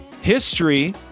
History